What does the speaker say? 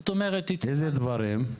איזה דברים?